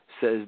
Says